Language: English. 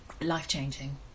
life-changing